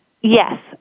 yes